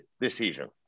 decision